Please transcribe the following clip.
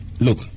Look